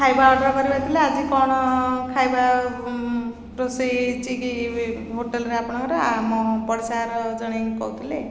ଖାଇବା ଅର୍ଡ଼ର୍ କରିବାର୍ ଥିଲା ଆଜି କ'ଣ ଖାଇବା ରୋଷେଇ ହେଇଛି କି ହୋଟେଲ୍ରେ ଆପଣ୍ଙ୍କର୍ ଆମ ପଡ଼ିଶାାର ଜଣେ କହୁଥିଲେ